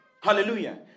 Hallelujah